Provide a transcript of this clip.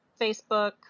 Facebook